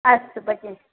अस्तु भगिनि